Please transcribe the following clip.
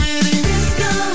Disco